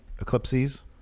Eclipses